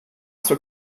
zur